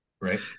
right